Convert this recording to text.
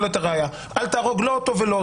על הזכויות של החשודים ונאשמים שהם אזרחים ויש להם